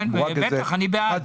בטח, אני בעד.